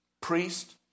priest